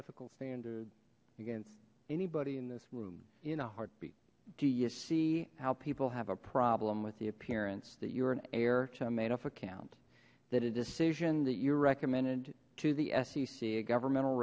ethical standard against anybody in this room in a heartbeat do you see how people have a problem with the appearance that you're an heir to made of account that a decision that you recommended to the sec a governmental